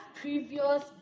previous